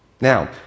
Now